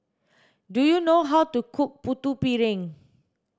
do you know how to cook putu piring